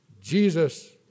Jesus